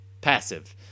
passive